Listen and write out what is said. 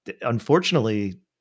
unfortunately